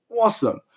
awesome